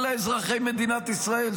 בכלל אזרחי מדינת ישראל,